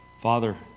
father